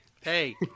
Hey